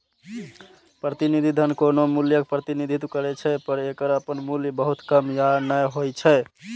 प्रतिनिधि धन कोनो मूल्यक प्रतिनिधित्व करै छै, पर एकर अपन मूल्य बहुत कम या नै होइ छै